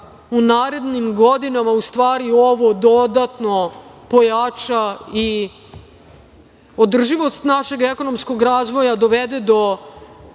u narednim godinama u stvari ovo dodatno pojača i održivost našeg ekonomskog razvoja dovede do